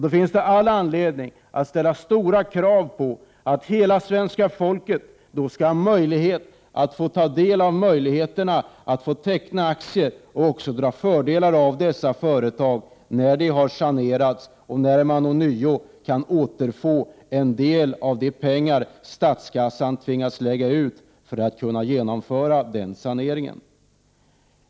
Då finns det all anledning att ställa stora krav på att hela svenska folket skall ha del i möjligheten att teckna aktier och även dra fördelar av dessa företag när de har sanerats och det ånyo går att återfå en del av de pengar statskassan tvingats lägga ut för att genomföra saneringen.